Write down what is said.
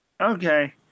Okay